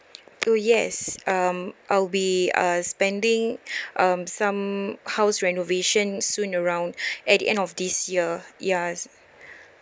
oo yes um I'll be uh spending um some house renovation soon around at the end of this year ya